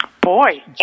Boy